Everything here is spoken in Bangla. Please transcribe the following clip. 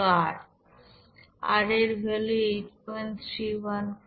R এর ভ্যালু 8314